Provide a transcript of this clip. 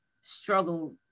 struggle